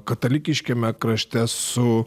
katalikiškiame krašte su